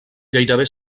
gairebé